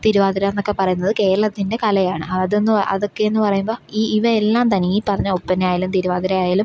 തിരുവാതിരയെന്നൊക്കെ പറയുന്നത് കേരളത്തിൻ്റെ കലയാണ് അതൊന്നു അതൊക്കെയെന്നു പറയുമ്പോൾ ഈ ഇവയെല്ലാം തന്നെ ഈ പറഞ്ഞ ഒപ്പനയായാലും തിരുവാതിരയായാലും